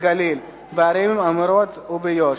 בגליל, בערים המעורבות וביו"ש.